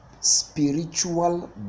Spiritual